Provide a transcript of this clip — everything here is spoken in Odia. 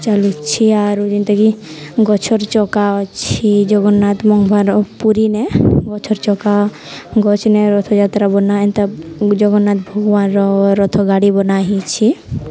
ଚାଲୁଛି ଆରୁ ଯେନ୍ତାକି ଗଛର ଚକା ଅଛି ଜଗନ୍ନାଥ ଭଗବାନର ପୁରୀନେ ଗଛର ଚକା ଗଛନେ ରଥଯାତ୍ରା ବନା ଏନ୍ତା ଜଗନ୍ନାଥ ଭଗବାନର ରଥ ଗାଡ଼ି ବନା ହେଇଛି